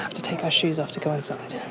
to take our shoes off to go insidewe